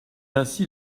ainsi